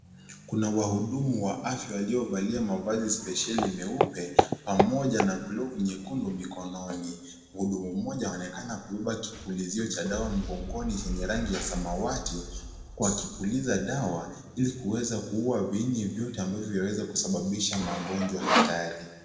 Kuna wahudumu wa afya waliovalia mavazi spesheli meupe pamoja na glovu nyekundu mikononi. Mhudumu mmoja anaonekana kubeba kipulizio cha dawa mgongoni chenye rangi ya samawati walipuliza dawa ili kuweza kuuwa viini vyote vinavyoweza kusababisha magonjwa hatari.